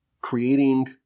creating